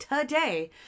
today